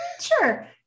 Sure